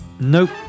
Nope